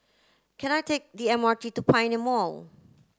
can I take the M R T to Pioneer Mall